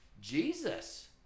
Jesus